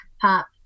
pop